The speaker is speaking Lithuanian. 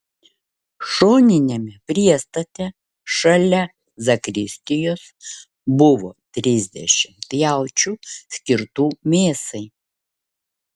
šoniniame priestate šalia zakristijos buvo trisdešimt jaučių skirtų mėsai